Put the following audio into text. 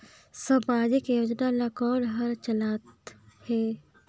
समाजिक योजना ला कोन हर चलाथ हे?